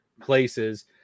places